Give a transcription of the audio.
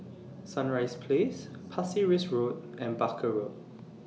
Sunrise Place Pasir Ris Road and Barker Road